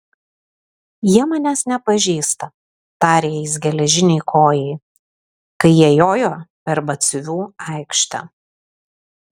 jie manęs nepažįsta tarė jis geležinei kojai kai jie jojo per batsiuvių aikštę